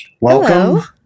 Welcome